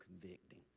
convicting